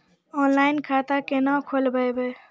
Online खाता केना खोलभैबै?